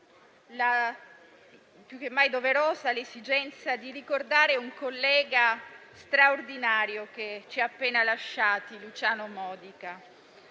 più che mai doverosa l'esigenza di ricordare un collega straordinario che ci ha appena lasciati, Luciano Modica.